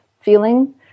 feeling